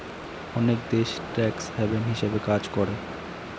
অনেক দেশ tax haven হিসাবে কাজ করে